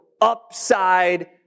upside